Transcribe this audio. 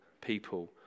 people